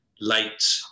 late